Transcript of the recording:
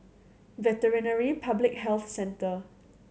Veterinary Public Health Centre